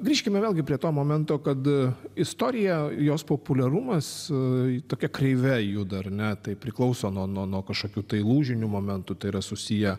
grįžkime vėlgi prie to momento kad istorija jos populiarumas tokia kreive juda ar ne tai priklauso nuo nuo nuo kažkokių tai lūžinių momentų tai yra susiję